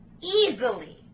easily